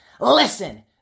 Listen